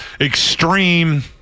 extreme